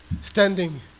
Standing